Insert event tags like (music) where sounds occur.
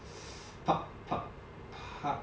(noise) park park park